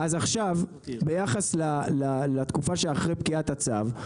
-- אז עכשיו ביחס לתקופה שאחרי פקיעת הצו,